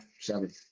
seven